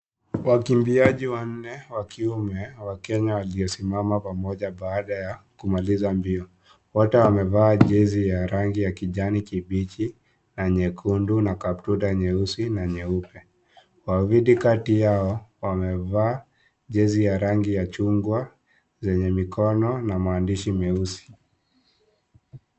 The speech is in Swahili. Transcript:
Wakimbiaji wanne wa kiume wa Kenya waliosimama pamoja baada ya kumaliza mbio . Wote wamevaa jezi ya rangi ya kijani kibichi na nyekundu na kaptura nyeusi na nyeupe . Wawili kati yao wamevaa jezi ya rangi ya chungwa zenye mikono na maandishi meusi.